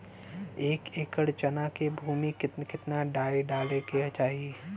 एक एकड़ चना के भूमि में कितना डाई डाले के चाही?